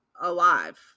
alive